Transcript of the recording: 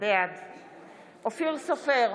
בעד אופיר סופר,